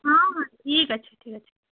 ହଁ ହଁ ଠିକ୍ ଅଛି ଠିକ୍ ଅଛି